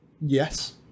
Yes